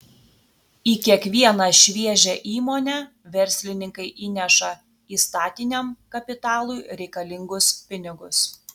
į kiekvieną šviežią įmonę verslininkai įneša įstatiniam kapitalui reikalingus pinigus